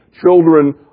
Children